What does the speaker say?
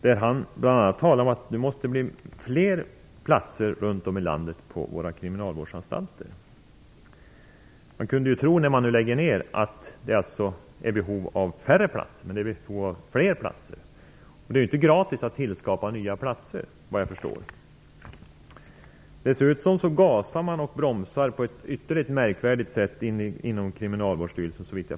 Han talar bl.a. om att det måste skapas fler platser runt om i landet på våra kriminalvårdsanstalter. När nu anläggningar läggs ner kunde man tro att det är behov av färre platser. Men det behövs fler platser. Det är inte gratis att tillskapa nya platser, såvitt jag förstår. Dessutom gasar och bromsar man på ett ytterligt märkvärdigt sätt inom Kriminalvårdsstyrelsen.